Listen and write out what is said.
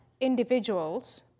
individuals